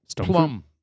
Plum